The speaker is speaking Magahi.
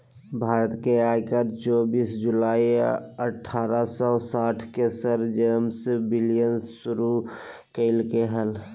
भारत में आयकर चोबीस जुलाई अठारह सौ साठ के सर जेम्स विल्सन शुरू कइल्के हल